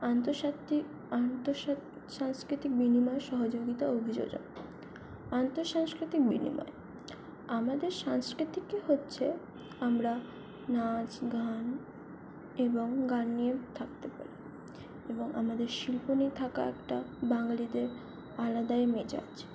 আন্তর সাংস্কৃতিক বিনময় সহযোগিতা ও অভিযোজন আন্তঃসাংস্কৃতিক বিনিময় আমাদের সাংস্কৃতিকই হচ্ছে আমরা নাচ গান এবং গান নিয়েও থাকতে পারি এবং আমাদের শিল্প নিয়ে থাকা একটা বাঙালিদের আলাদাই মেজাজ